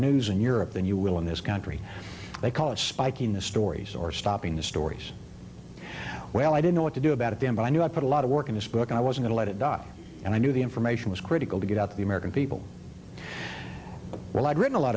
news in europe than you will in this country they call it spiking the stories or stopping the stories well i don't know what to do about it then but i knew i put a lot of work in this book and i was going to let it die and i knew the information was critical to get out the american people well i'd written a lot